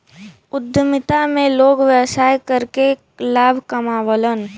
उद्यमिता में लोग व्यवसाय करके लाभ कमावलन